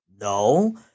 No